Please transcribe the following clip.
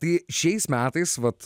tai šiais metais vat